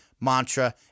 mantra